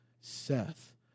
Seth